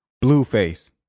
Blueface